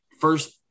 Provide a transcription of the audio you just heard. first